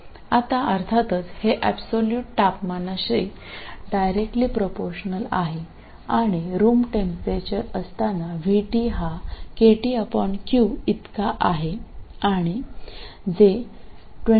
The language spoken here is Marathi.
आता अर्थातच हे एबसोलुट तापमानाशी डायरेक्टली प्रपोर्शनल आहे आणि रूम टेंपरेचर असताना Vt हा kTq इतका आहे आणि जे 25